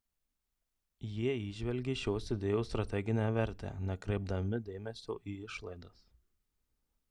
jie įžvelgė šios idėjos strateginę vertę nekreipdami dėmesio į išlaidas